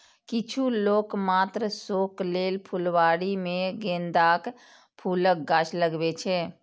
किछु लोक मात्र शौक लेल फुलबाड़ी मे गेंदाक फूलक गाछ लगबै छै